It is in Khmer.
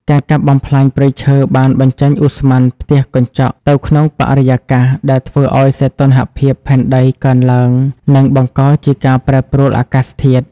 ការកាប់បំផ្លាញព្រៃឈើបានបញ្ចេញឧស្ម័នផ្ទះកញ្ចក់ទៅក្នុងបរិយាកាស ដែលធ្វើឱ្យសីតុណ្ហភាពផែនដីកើនឡើង និងបង្កជាការប្រែប្រួលអាកាសធាតុ។